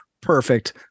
Perfect